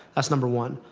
that's number one.